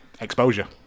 Exposure